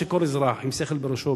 שכל אזרח עם שכל בראשו,